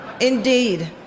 indeed